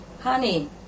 Honey